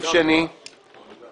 עוברים